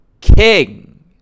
king